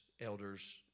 elders